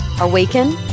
awaken